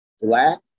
black